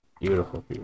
Beautiful